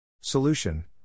Solution